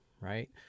right